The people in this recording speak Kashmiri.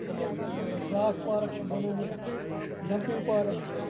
بیاکھ پارَک چھکھ بَنٲومٕژ ڈَمپِنگ پارَک